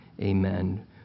Amen